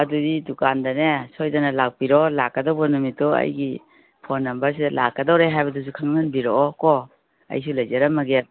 ꯑꯗꯨꯗꯤ ꯗꯨꯀꯥꯟꯗꯅꯦ ꯁꯣꯏꯗꯅ ꯂꯥꯛꯄꯤꯔꯣ ꯂꯥꯛꯀꯗꯧꯕ ꯅꯨꯃꯤꯠꯇꯣ ꯑꯩꯒꯤ ꯐꯣꯟ ꯅꯝꯕꯔꯁꯤꯗ ꯂꯥꯛꯀꯗꯣꯔꯦ ꯍꯥꯏꯕꯗꯨꯁꯨ ꯈꯟꯍꯟꯕꯤꯔꯛꯑꯣꯀꯣ ꯑꯩꯁꯨ ꯂꯩꯖꯔꯝꯃꯒꯦ